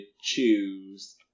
choose